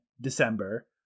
December